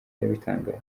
yabitangaje